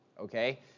Okay